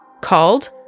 called